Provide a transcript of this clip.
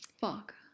Fuck